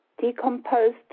decomposed